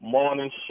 Morning